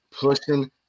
pushing